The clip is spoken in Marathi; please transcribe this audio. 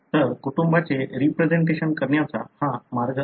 तर कुटुंबाचे रिप्रेसेंटेशन करण्याचा हा मार्ग आहे